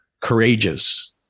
courageous